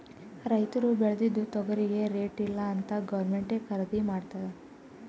ರೈತುರ್ ಬೇಳ್ದಿದು ತೊಗರಿಗಿ ರೇಟ್ ಇಲ್ಲ ಅಂತ್ ಗೌರ್ಮೆಂಟೇ ಖರ್ದಿ ಮಾಡ್ತುದ್